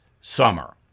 summer